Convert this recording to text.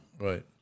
right